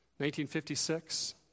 1956